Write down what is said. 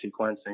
sequencing